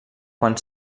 quan